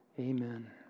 Amen